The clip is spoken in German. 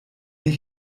ich